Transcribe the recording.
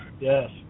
yes